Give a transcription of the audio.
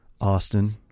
Austin